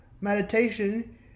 meditation